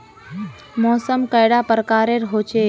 मौसम कैडा प्रकारेर होचे?